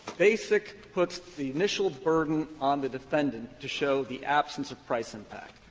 basic puts the initial burden on the defendant to show the absence of price impact,